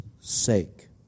sake